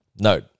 No